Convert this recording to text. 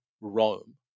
Rome